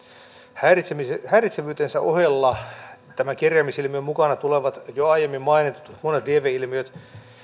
häiritsevyytensä häiritsevyytensä ohella tämän kerjäämisilmiön mukana tulevat jo aiemmin mainitut monet lieveilmiöt